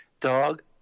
dog